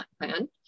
plan